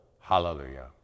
Hallelujah